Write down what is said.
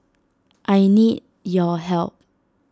I need your help